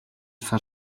сар